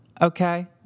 okay